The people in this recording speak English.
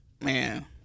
man